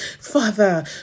Father